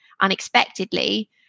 unexpectedly